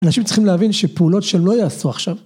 אנשים צריכים להבין שפעולות שלא יעשו עכשיו.